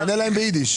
תענה להם באידיש.